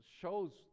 shows